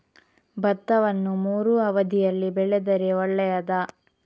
ಭತ್ತವನ್ನು ಮೂರೂ ಅವಧಿಯಲ್ಲಿ ಬೆಳೆದರೆ ಒಳ್ಳೆಯದಾ?